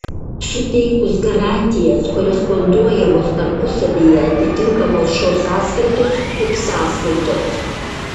suteikus garantijas koresponduojamos tarpusavyje atitinkamos šios sąskaitos subsąskaitos